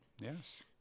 yes